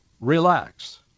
Relax